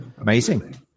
amazing